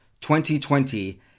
2020